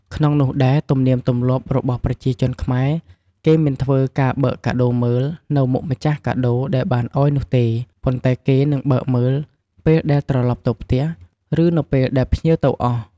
ក្នុងនោះដែរ ទំនៀមទំលាប់របស់ប្រជាជនខ្មែរ គេមិនធ្វើការបើកកាដូមើល នៅមុខម្ចាស់កាដូដែលបានអោយនោះទេ ប៉ុន្តែគេនិងបើកមើលពេលដែលត្រឡប់ទៅផ្ទះ ឬនៅពេលដែលភ្ញៀវទៅអស់។